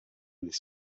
this